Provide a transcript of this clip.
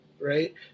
right